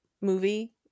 movie